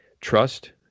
trust